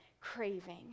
craving